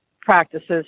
practices